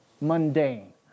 mundane